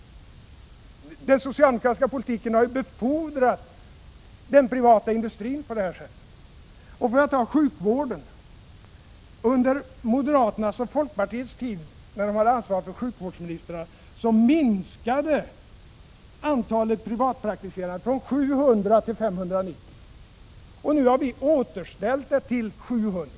Den socialdemokratiska politiken har ju befordrat den privata industrin på det här sättet. För att ta sjukvården så minskade under den tid då moderaterna och folkpartiet hade ansvaret för sjukvårdsministerposten antalet privatpraktiserande läkare från 700 till 590. Nu har vi återställt antalet till 700.